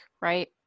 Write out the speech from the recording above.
right